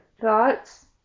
thoughts